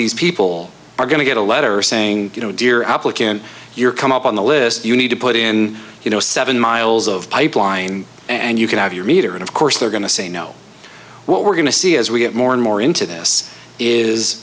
these people are going to get a letter saying you know dear applicant you're come up on the list you need to put in you know seven miles of pipeline and you can have your meter and of course they're going to say no what we're going to see as we get more and more into this is